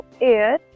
air